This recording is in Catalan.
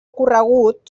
corregut